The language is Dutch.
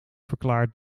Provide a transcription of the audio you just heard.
verklaart